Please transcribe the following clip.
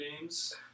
Games